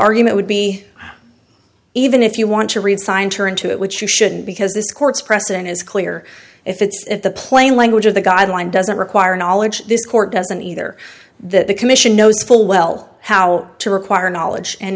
argument would be even if you want to read scienter into it which you shouldn't because this court's precedent is clear if it's if the plain language of the guideline doesn't require knowledge this court doesn't either that the commission knows full well how to require knowledge and